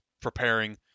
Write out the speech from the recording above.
preparing